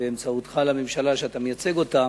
ובאמצעותך לממשלה שאתה מייצג אותה,